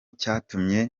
cyatumye